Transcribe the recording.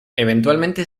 eventualmente